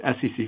SEC